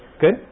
good